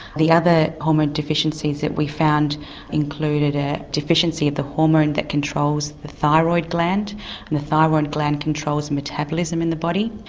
the other hormone deficiencies that we found included a deficiency of the hormone that controls the thyroid gland and the thyroid gland controls metabolism in the body.